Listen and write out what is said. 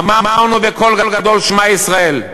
אמרנו בקול גדול "שמע ישראל"